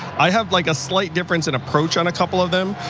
i have like a slight difference in approach on a couple of them.